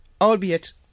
Albeit